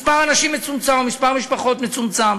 מספר אנשים מצומצם, מספר משפחות מצומצם.